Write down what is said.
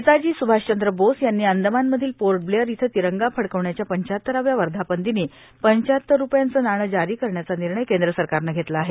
नेताजी सुभाषचंद्र बोस यांनी अंदमानमधील Port Blair इथं तिरंगा फडकवण्याच्या पंचाहत्तराव्या वर्धापनदिनी पंचाहत्तर रुपयांचं नाणं जारी करण्याचा निर्णय केंद्र सरकारनं घेतला आहे